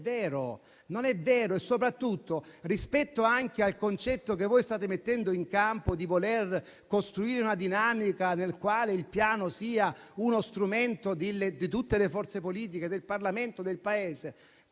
perché non è vero e soprattutto rispetto anche al concetto che voi state mettendo in campo di voler costruire una dinamica nella quale il piano sia uno strumento di tutte le forze politiche, del Parlamento e del Paese